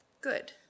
good